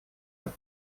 под